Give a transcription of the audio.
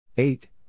Eight